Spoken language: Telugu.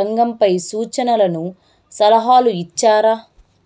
రంగంపై సూచనలను సలహాలు ఇచ్చారా